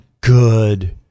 good